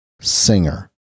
singer